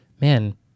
man